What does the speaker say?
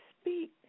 speak